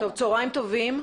צוהריים טובים.